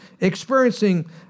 experiencing